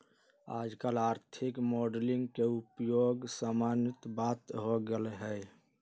याजकाल आर्थिक मॉडलिंग के उपयोग सामान्य बात हो गेल हइ